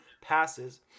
passes